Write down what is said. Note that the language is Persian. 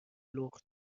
لخت